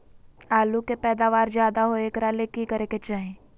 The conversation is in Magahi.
आलु के पैदावार ज्यादा होय एकरा ले की करे के चाही?